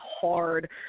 Hard